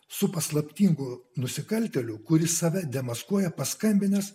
su paslaptingu nusikaltėlių kuris save demaskuoja paskambinęs